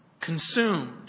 consumed